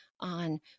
on